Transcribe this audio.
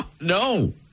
No